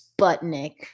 sputnik